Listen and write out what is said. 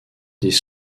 des